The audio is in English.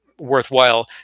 worthwhile